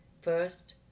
First